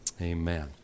Amen